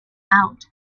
out